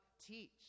teach